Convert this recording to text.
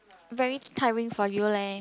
very tiring for you leh